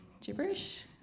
gibberish